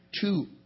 two